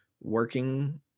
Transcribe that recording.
working